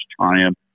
triumph